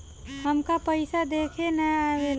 हमका पइसा देखे ना आवेला?